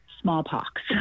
smallpox